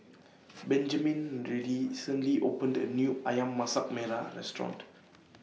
Benjamin really recently opened A New Ayam Masak Melah Restaurant